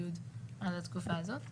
המפתח הזה לא פותח את שתי הדלתות,